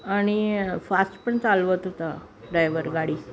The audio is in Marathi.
आणि फास्ट पण चालवत होता डायवर गाडी